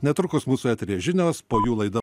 netrukus mūsų eteryje žinios po jų laida